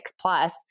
plus